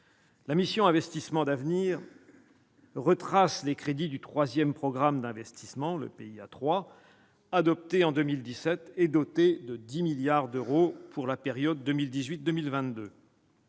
La mission « Investissements d'avenir » retrace les crédits du troisième programme d'investissement (PIA 3), adopté en 2017 et doté de 10 milliards d'euros pour la période 2018-2022.